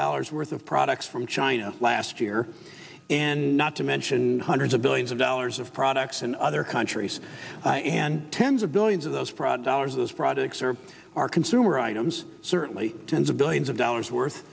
dollars worth of products from china last year and not to mention hundreds of billions of dollars of products in other countries and tens of billions of those products those products are our consumer items certainly tens of billions of dollars worth